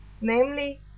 namely